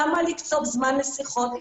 למה לקצוב זמן לשיחות?